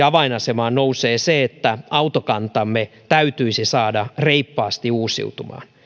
avainasemaan nousee se että autokantamme täytyisi saada reippaasti uusiutumaan